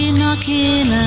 knocking